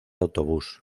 autobús